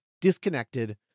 disconnected